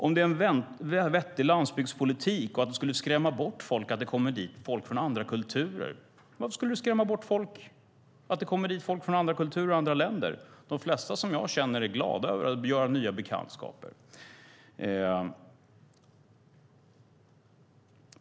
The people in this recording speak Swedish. När det gäller huruvida det är en vettig landsbygdspolitik och skulle skrämma bort folk att det kommer dit folk från andra kulturer måste jag fråga: Varför skulle det skrämma bort folk att det kommer dit folk från andra kulturer och andra länder? De flesta som jag känner är glada över att göra nya bekantskaper.